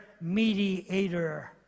mediator